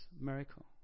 miracle